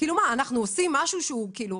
כאילו מה, אנחנו עושים משהו שהוא כאילו